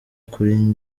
kuri